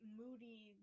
moody